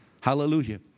Hallelujah